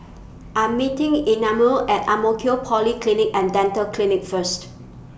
I'm meeting Imanol At Ang Mo Kio Polyclinic and Dental Clinic First